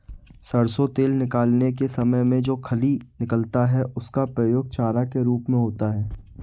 सरसों तेल निकालने के समय में जो खली निकलता है उसका प्रयोग चारा के रूप में होता है